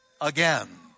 again